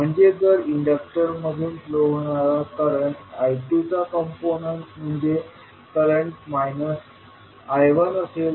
म्हणजे जर इंडक्टर मधून फ्लो होणारा करंट I2 चा कम्पोनन्ट म्हणजे करंट I1असेल